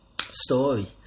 story